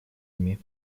ими